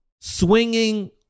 swinging